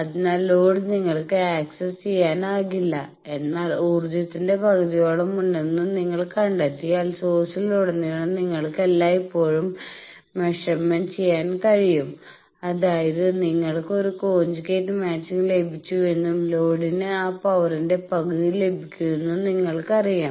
അതിനാൽ ലോഡ് നിങ്ങൾക്ക് ആക്സസ് ചെയ്യാനാകില്ല എന്നാൽ ഊർജ്ജത്തിന്റെ പകുതിയോളം ഉണ്ടെന്ന് നിങ്ങൾ കണ്ടെത്തിയാൽ സോഴ്സിൽ ഉടനീളം നിങ്ങൾക്ക് എല്ലായ്പ്പോഴും മെഷർമെന്റ് ചെയ്യാൻ കഴിയും അതായത് നിങ്ങൾക്ക് ഒരു കോഞ്ചുഗേറ്റ് മാച്ചിങ് ലഭിച്ചുവെന്നും ലോഡിന് ആ പവറിന്റെ പകുതി ലഭിക്കുന്നുണ്ടെന്നും നിങ്ങൾക്കറിയാം